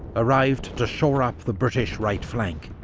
arrived to shore up the british right flank.